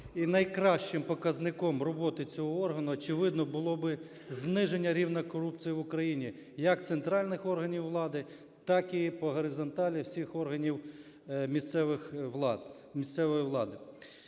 найкращим показником роботи цього органу, очевидно, було б зниження рівня корупції в Україні як центральних органів влади так і по горизонталі всіх органів місцевої влади.